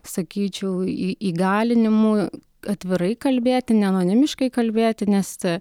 sakyčiau į įgalinimui atvirai kalbėti ne anonimiškai kalbėti nes ta